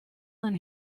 ein